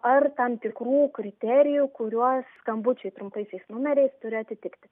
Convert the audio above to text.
ar tam tikrų kriterijų kuriuos skambučiai trumpaisiais numeriais turi atitikti